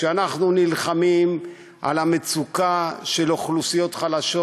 כשאנחנו נלחמים על המצוקה של אוכלוסיות חלשות,